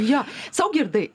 jo saugirdai